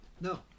No